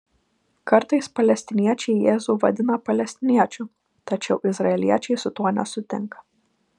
kartais palestiniečiai jėzų vadina palestiniečiu tačiau izraeliečiai su tuo nesutinka